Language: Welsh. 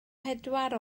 pedwar